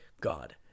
God